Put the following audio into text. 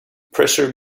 pressure